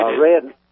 Red